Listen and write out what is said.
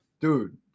dude